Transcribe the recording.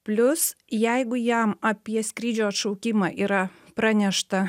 plius jeigu jam apie skrydžio atšaukimą yra pranešta